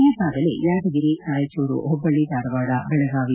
ಈಗಾಗಲೇ ಯಾದಗಿರಿ ರಾಯಚೂರು ಹುಟ್ಟಲ್ಲಿ ಧಾರವಾಡ ಬೆಳಗಾವಿ